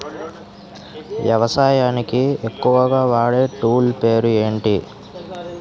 వ్యవసాయానికి ఎక్కువుగా వాడే టూల్ పేరు ఏంటి?